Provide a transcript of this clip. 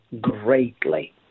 greatly